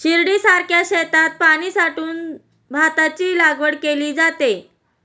शिर्डीसारख्या शेतात पाणी साठवून भाताची लागवड केली जाते